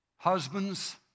Husbands